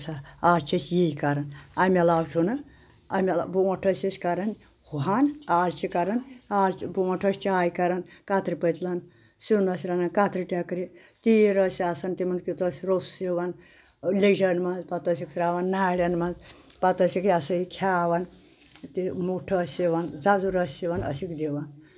بوٗزتھا آز چھِ أسۍ یہِ کران اَمہِ علاوٕ چھُنہٕ امہِ علاو برونٛٹھ ٲسۍ أسۍ کران ہُہن آز چھِ کران آز برونٛٹھ ٲسۍ چاے کران کَترِ پٔتلن سیُن ٲسۍ رَنان کَترِ ٹیٚکرِ تیٖر ٲسۍ آسن تِمن کیُتھ ٲسۍ روٚژھ یِوان لیجَن منٛز پَتہٕ ٲسِکھ ترٛاوَان نالؠن منٛز پَتہٕ ٲسِکھ یہِ سا یہِ کھیوان تہِ موٚٹھ ٲسۍ یِاون زَزُر ٲسۍ یِوان ٲسِکھ دِوان